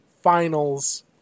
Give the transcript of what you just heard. finals